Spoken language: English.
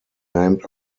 named